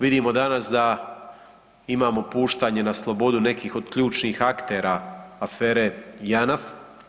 Vidimo danas da imamo puštanje na slobodu nekih od ključnih aktera afere Janaf.